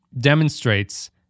demonstrates